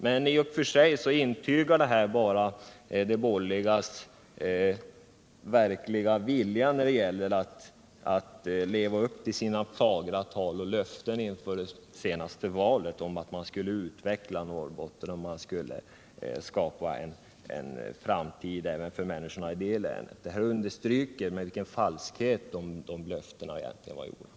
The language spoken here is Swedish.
Men i och för sig visar detta bara de borgerligas verkliga vilja när det gäller att leva upp till sina fagra tal och löften inför det senaste valet, att man skulle utveckla Norrbotten och skapa en framtid även för människorna i det länet. Detta understryker med vilken falskhet de löftena gavs.